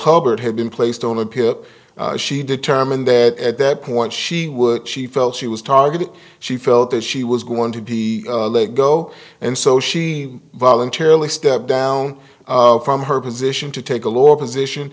hubbard had been placed on a pip she determined that at that point she would she felt she was targeted she felt that she was going to be let go and so she voluntarily stepped down from her position to take a lower position